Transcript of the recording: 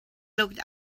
looked